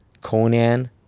Conan